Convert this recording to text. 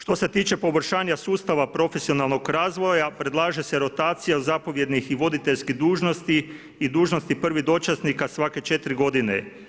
Što se tiče poboljšanja sustava profesionalnog razvoja, predlaže se rotacija zapovjednih i voditeljskih dužnosti i dužnosti prvih dočasnika svake 4 godine.